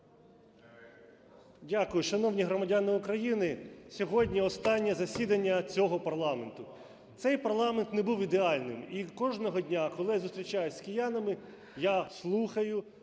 Дякую. Шановні громадяни України! Сьогодні останнє засідання цього парламенту. Цей парламент не був ідеальним. І кожного дня, коли я зустрічаюсь з киянами, я слухаю